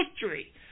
history